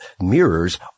Mirrors